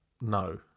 No